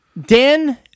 Dan